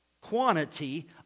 quantity